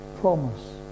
promise